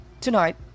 Tonight